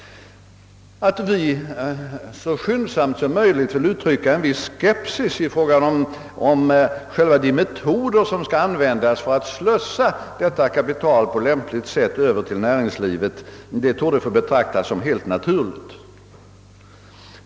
Att vi i folkpartiet skyndsamt vill uttrycka en viss oro i fråga om de metoder som kan komma att användas när staten skall slussa detta kapitel över till näringslivet torde få betraktas som helt naturligt.